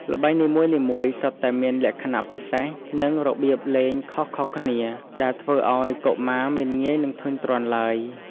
ល្បែងនីមួយៗសុទ្ធតែមានលក្ខណៈពិសេស និងរបៀបលេងខុសៗគ្នា ដែលធ្វើឲ្យកុមារមិនងាយនឹងធុញទ្រាន់ឡើយ។